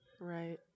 Right